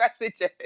messages